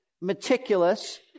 meticulous